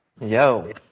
yo